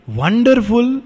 wonderful